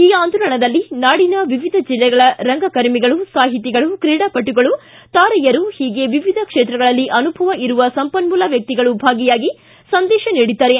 ಈ ಆಂದೋಲನದಲ್ಲಿ ನಾಡಿನ ವಿವಿಧ ಜಿಲ್ಲೆಗಳ ರಂಗಕರ್ಮಿಗಳು ಸಾಹಿತಿಗಳು ಕ್ರೀಡಾಪಟುಗಳು ತಾರೆಯರು ಹೀಗೆ ವಿವಿಧ ಕ್ಷೇತ್ರಗಳಲ್ಲಿ ಅನುಭವ ಇರುವ ಸಂಪನ್ಮೂಲ ವ್ಯಕ್ತಿಗಳು ಭಾಗಿಯಾಗಿ ಸಂದೇಶ ನೀಡಿದ್ದಾರೆ